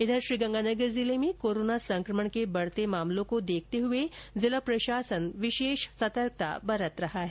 उधर श्रीगंगानगर जिले में कोरोना संकमण के बढ़ते हुए मामलों को देखते हुए जिला प्रशासन विशेष सतर्कता बरत रहा है